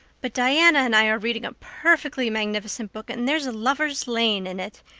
but diana and i are reading a perfectly magnificent book and there's a lover's lane in it.